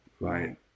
Right